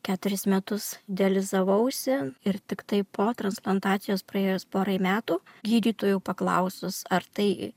keturis metus dializavausi ir tiktai po transplantacijos praėjus porai metų gydytojų paklausus ar tai